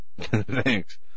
Thanks